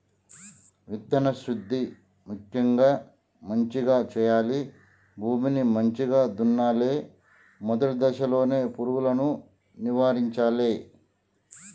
విత్తన శుద్ధి ముక్యంగా మంచిగ చేయాలి, భూమిని మంచిగ దున్నలే, మొదటి దశలోనే పురుగులను నివారించాలే